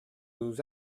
nous